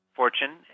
fortune